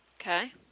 Okay